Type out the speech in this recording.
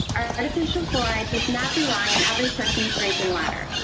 artificial fluoride does not belong in every person's drinking water.